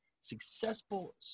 successful